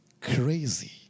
crazy